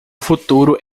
futuro